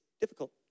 difficult